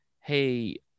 hey